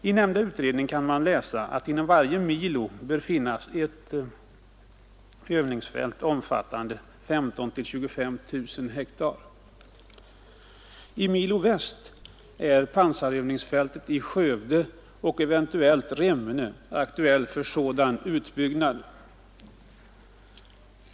I nämnda utredning framhålles att det inom varje milo bör finnas ett övningsfält omfattande 15 000—25 000 ha och att i Milo Väst pansarövningsfältet i Skövde och eventuellt Remmene är aktuella för sådan utbyggnad.